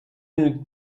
une